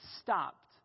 stopped